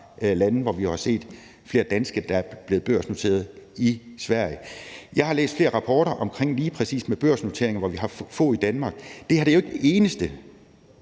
lande. Vi har f.eks. set flere danske virksomheder blive børsnoteret i Sverige. Jeg har læst flere rapporter om lige præcis børsnoteringer, hvoraf vi har få i Danmark. Det her jo ikke den eneste